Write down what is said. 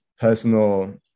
personal